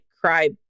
cry